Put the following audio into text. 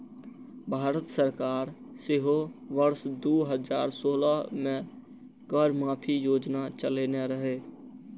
भारत सरकार सेहो वर्ष दू हजार सोलह मे कर माफी योजना चलेने रहै